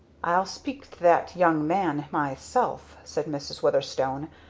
i'll speak to that young man myself, said mrs. weatherstone.